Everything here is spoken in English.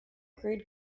grade